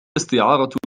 استعارة